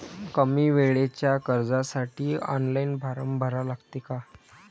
कमी वेळेच्या कर्जासाठी ऑनलाईन फारम भरा लागते का?